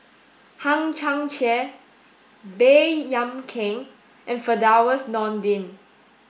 Hang Chang Chieh Baey Yam Keng and Firdaus Nordin